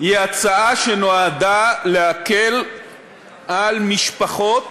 היא הצעה שנועדה להקל על משפחות